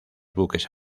buques